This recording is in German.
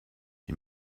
die